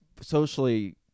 socially